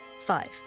five